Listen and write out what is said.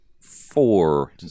Four